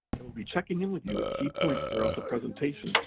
and will be checking in with you at key points throughout the presentation